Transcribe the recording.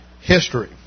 history